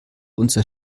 unser